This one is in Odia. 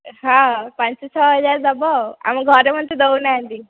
ହଁ ପାଞ୍ଚ ଛଅ ହଜାର ଦେବ ଆଉ ଆମ ଘରେ ମୋତେ ଦେଉ ନାହାଁନ୍ତି